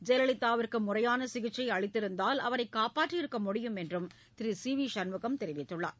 ஜெயலலிதாவுக்கு முறையான சிகிச்சை அளித்திருந்தால் அவரை காப்பாற்றியிருக்க முடியும் என்றும் திரு சி வி சண்முகம் தெரிவித்துள்ளார்